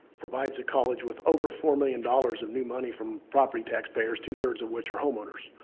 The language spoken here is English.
provides the college with over four million dollars of new money from property tax payers, two-thirds of which are homeowners.